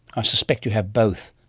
i suspect you have both,